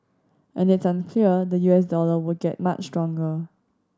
and it's unclear the U S dollar will get much stronger